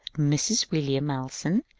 mrs. william malleson,